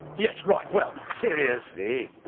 yes, right well seriously,